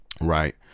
right